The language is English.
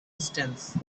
distance